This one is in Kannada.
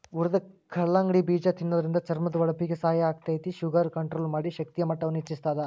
ಹುರದ ಕಲ್ಲಂಗಡಿ ಬೇಜ ತಿನ್ನೋದ್ರಿಂದ ಚರ್ಮದ ಹೊಳಪಿಗೆ ಸಹಾಯ ಆಗ್ತೇತಿ, ಶುಗರ್ ಕಂಟ್ರೋಲ್ ಮಾಡಿ, ಶಕ್ತಿಯ ಮಟ್ಟವನ್ನ ಹೆಚ್ಚಸ್ತದ